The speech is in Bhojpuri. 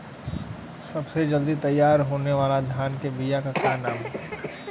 सबसे जल्दी तैयार होने वाला धान के बिया का का नाम होखेला?